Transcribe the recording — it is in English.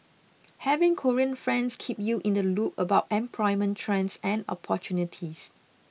having Korean friends keep you in the loop about employment trends and opportunities